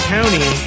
County